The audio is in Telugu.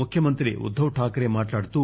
ముఖ్యమంత్రి ఉద్దవ్ ఠాక్రే మాట్లాడుతూ